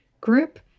group